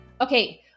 Okay